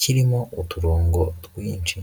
kirimo uturongo twinshi.